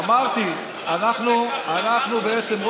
אמרנו את זה כבר לפני ארבעה חודשים.